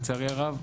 לצערי הרב,